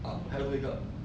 ah 还有一个